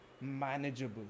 manageable